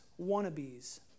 wannabes